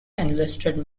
enlisted